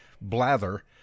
blather